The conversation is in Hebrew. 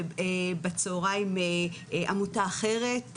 ובצהרים עמותה אחרת,